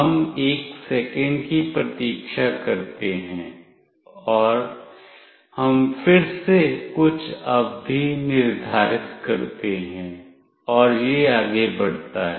हम 1 सेकंड की प्रतीक्षा करते हैं और हम फिर से कुछ अवधि निर्धारित करते हैं और यह आगे बढ़ता है